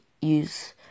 use